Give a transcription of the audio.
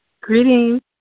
Greetings